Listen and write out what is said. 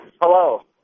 hello